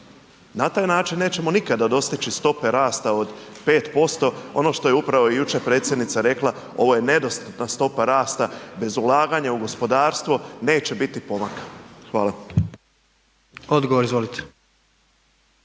Na taj način nećemo nikada dostići stope rasta od 5%. Ono što je upravo i jučer predsjednica rekla ovo je nedostatna stopa rasta bez ulaganja u gospodarstvo, neće biti pomaka. Hvala. **Jandroković,